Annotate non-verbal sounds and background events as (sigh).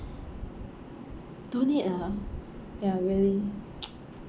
don't need (breath) lah ya really (noise)